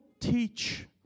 teach